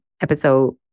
episode